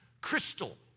crystal